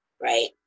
Right